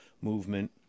movement